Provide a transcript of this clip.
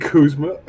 Kuzma